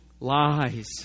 lies